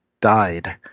died